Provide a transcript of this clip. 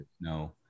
No